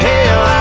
Hell